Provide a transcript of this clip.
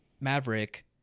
Maverick